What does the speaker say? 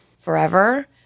forever